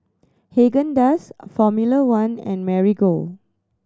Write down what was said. Haagen Dazs Formula One and Marigold